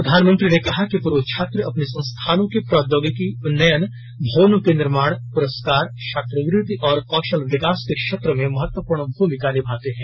प्रधानमंत्री ने कहा कि पूर्व छात्र अपने संस्थानों के प्रौद्योगिकी उन्नयन भवनों के निर्माण पुरस्कार छात्रवृत्ति और कौशल विकास के क्षेत्र में महत्वपूर्ण भूमिका निभाते हैं